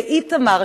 לאיתמר,